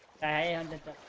and